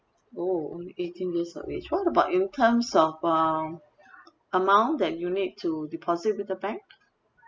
oh only eighteen years of age what about incomes of uh amount that you need to deposit with the bank